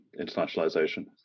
internationalization